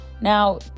Now